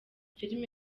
filimi